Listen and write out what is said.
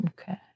Okay